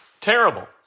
Terrible